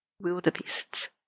wildebeests